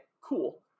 cool